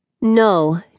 No